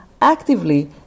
actively